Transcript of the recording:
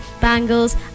Bangles